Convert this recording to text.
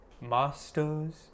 masters